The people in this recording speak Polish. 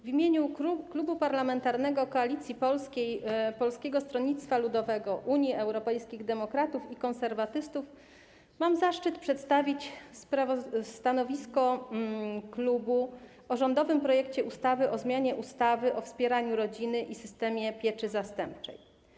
W imieniu Klubu Parlamentarnego Koalicja Polska - Polskie Stronnictwo Ludowe, Unia Europejskich Demokratów, Konserwatyści mam zaszczyt przedstawić stanowisko klubu w sprawie rządowego projektu ustawy o zmianie ustawy o wspieraniu rodziny i systemie pieczy zastępczej.